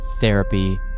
therapy